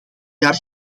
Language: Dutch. jaar